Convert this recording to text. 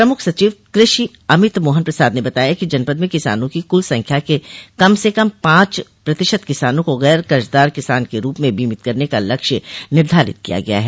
प्रमुख सचिव कृषि अमित मोहन प्रसाद ने बताया कि जनपद में किसानों की कुल संख्या के कम से कम पांच प्रतिशत किसानों को गैर कर्जदार किसान के रूप में बीमित करने का लक्ष्य निर्धारित किया गया है